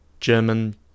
German